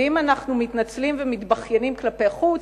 ואם אנחנו מתנצלים ומתבכיינים כלפי פנים,